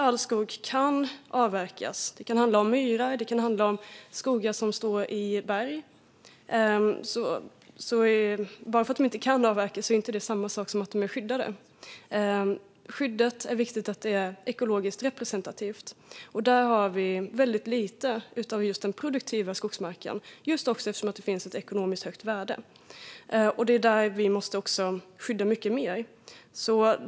All skog kan inte avverkas; det kan handla om myrar eller skog som står på berg. Men bara för att den inte kan avverkas betyder det inte att den är skyddad. Det är viktigt att skyddet är ekologiskt representativt. Vi har skyddat väldigt lite av den produktiva skogsmarken för att den har ett högt ekonomiskt värde. Där måste vi skydda mycket mer.